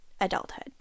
adulthood